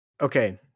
Okay